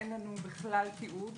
אין לנו כלל תיעוד